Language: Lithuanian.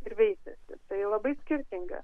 ir veisiasi tai labai skirtinga